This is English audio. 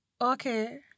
okay